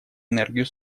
энергию